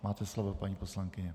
Máte slovo, paní poslankyně.